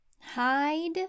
hide